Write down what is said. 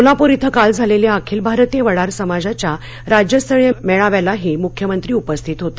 सोलापूर इथं काल झालेल्या अखिल भारतीय वडार समाजाच्या राज्यस्तरीय मेळाव्यालाही मृख्यमंत्री उपस्थित होते